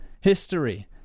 history